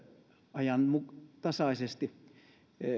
ajantasaisesti